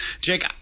Jake